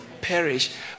perish